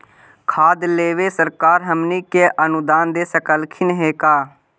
खाद लेबे सरकार हमनी के अनुदान दे सकखिन हे का?